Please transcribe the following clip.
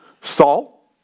Saul